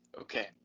okay